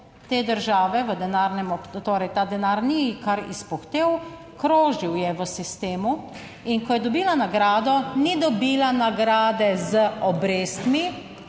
torej ta denar ni kar izpuhtel, krožil je v sistemu, in ko je dobila nagrado, ni dobila nagrade z obrestmi,